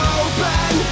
open